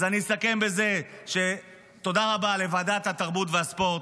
אז אני אסכם בזה: תודה רבה לוועדת התרבות והספורט,